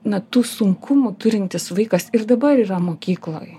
na tų sunkumų turintis vaikas ir dabar yra mokykloj